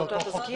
זה אותו חוק?